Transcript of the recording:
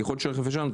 ככל שהרכב ישן,